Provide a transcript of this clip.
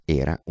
era